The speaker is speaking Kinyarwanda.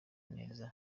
neza